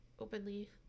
openly